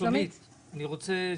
שלומית, כשנצביע, אני רוצה